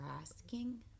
asking